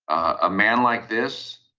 a man like this,